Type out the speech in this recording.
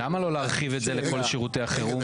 למה לא להרחיב את זה לכל שירותי החירום?